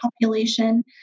population